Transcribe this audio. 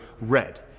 red